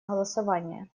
голосования